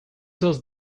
does